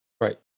Right